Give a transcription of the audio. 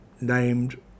named